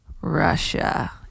Russia